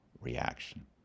reaction